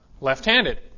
left-handed